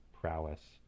prowess